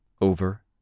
Over